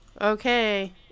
okay